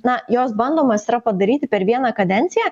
na jos bandomos yra padaryti per vieną kadenciją